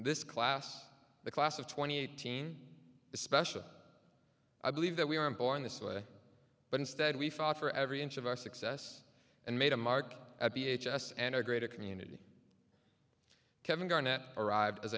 this class the class of twenty eighteen special i believe that we are born this way but instead we fought for every inch of our success and made a mark at the h s and our greater community kevin garnett arrived as